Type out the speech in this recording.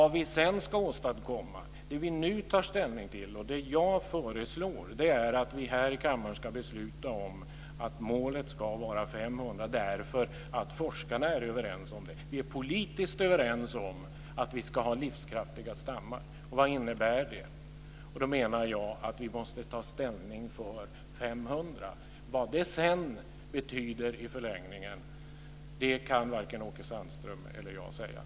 Det som vi nu tar ställning till, och det som jag föreslår, är att vi här i kammaren ska besluta om att målet ska vara 500 därför att forskarna är överens om det. Vi är politiskt överens om att vi ska ha livskraftiga stammar. Och vad innebär det? Jag menar att vi måste ta ställning för 500. Vad det sedan betyder i förlängningen kan varken Åke Sandström eller jag säga.